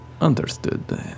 Understood